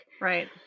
Right